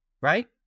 Right